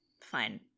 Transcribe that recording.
Fine